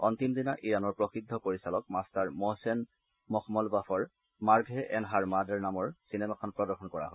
অন্তিম দিনা ইৰানৰ প্ৰসিদ্ধ পৰিচালক মাষ্টাৰ মহছেন মখমলবাফৰ মাৰ্ষে এণ্ড হাৰ মাদাৰ নামৰ চিনেমাখন প্ৰদৰ্শন কৰা হয়